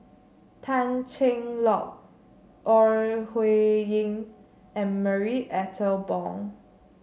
Tan Cheng Lock Ore Huiying and Marie Ethel Bong